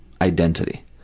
identity